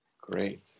great